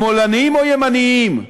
שמאלנים או ימנים,